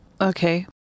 okay